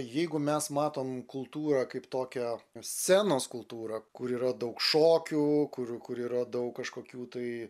jeigu mes matom kultūrą kaip tokią scenos kultūrą kur yra daug šokių kur kur yra daug kažkokių tai